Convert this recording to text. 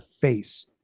face